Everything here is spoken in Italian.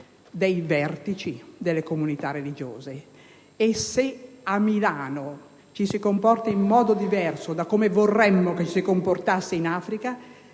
dei vertici delle comunità religiose. E se a Milano ci si comporta in modo diverso da come vorremmo ci si comportasse in Africa